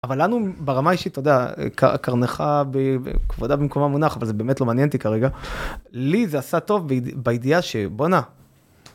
אבל לנו ברמה אישית, אתה יודע, קרנך, כבודה במקומה המונח, אבל זה באמת לא מעניין אותי כרגע, לי זה עשה טוב בידיעה שבואנה.